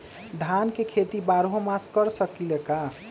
धान के खेती बारहों मास कर सकीले का?